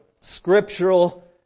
scriptural